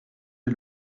est